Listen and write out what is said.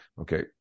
okay